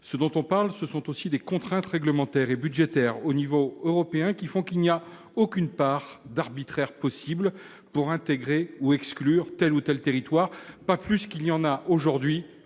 Il faut aussi tenir compte des contraintes réglementaires et budgétaires à l'échelon européen, qui font qu'il n'y a aucune part d'arbitraire possible pour intégrer ou exclure tel ou tel territoire, pas plus qu'il n'y en a aujourd'hui